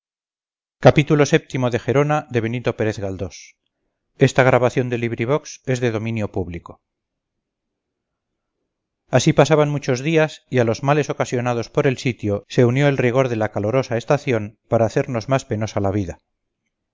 de comida así pasaban muchos días y a los males ocasionados por el sitio se unió el rigor de la calorosa estación para hacernos más penosa la vida